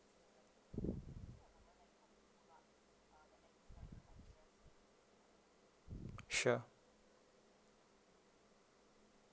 sure